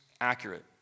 accurate